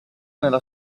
nella